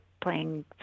playing